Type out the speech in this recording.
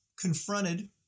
confronted